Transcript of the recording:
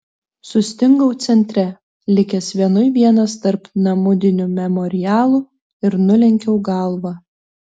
sustingau centre likęs vienui vienas tarp namudinių memorialų ir nulenkiau galvą